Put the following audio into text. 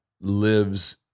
lives